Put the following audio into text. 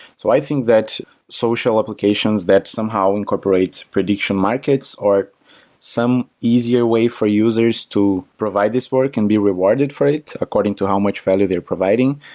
so i think that social applications that somehow incorporate prediction markets, or some easier way for users to provide this work and be rewarded for it according to how much value they are providing,